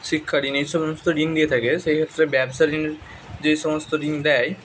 শিক্ষা ঋণ এই সমস্ত ঋণ দিয়ে থাকে সেই হচ্ছে ব্যবসা ঋণ যেই সমস্ত ঋণ দেয়